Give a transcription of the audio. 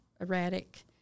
erratic